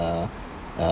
uh